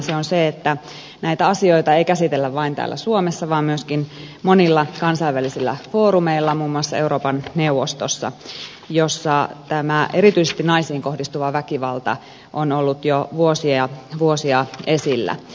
se on se että näitä asioita ei käsitellä vain täällä suomessa vaan myöskin monilla kansainvälisillä foorumeilla muun muassa euroopan neuvostossa jossa tämä erityisesti naisiin kohdistuva väkivalta on ollut jo vuosia ja vuosia esillä